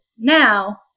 Now